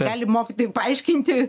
gali mokytojui paaiškinti